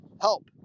help